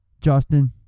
Justin